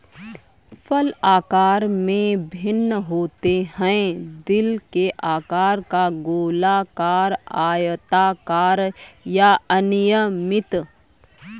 फल आकार में भिन्न होते हैं, दिल के आकार का, गोलाकार, आयताकार या अनियमित